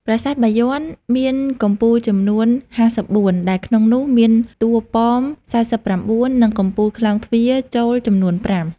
ប្រាសាទបាយ័នមានកំពូលចំនួន ៥៤ ដែលក្នុងនោះមានតួប៉ម ៤៩ និងកំពូលក្លោងទ្វារចូលចំនួន ៥។